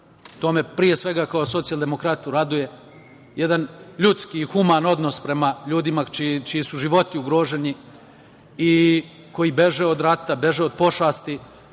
To me pre svega kao socijaldemokratu raduje, jedan ljudski i human odnos prema ljudima čiji su životi ugroženi i koji beže od rata, beže od pošasti